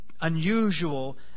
unusual